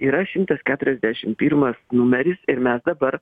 yra šimtas keturiasdešimt pirmas numeris ir mes dabar